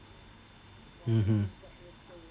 mmhmm